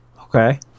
Okay